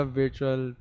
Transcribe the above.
virtual